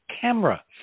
camera